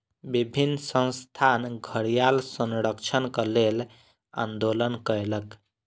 विभिन्न संस्थान घड़ियाल संरक्षणक लेल आंदोलन कयलक